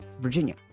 Virginia